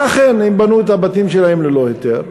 אכן הם בנו את הבתים שלהם ללא היתר,